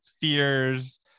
fears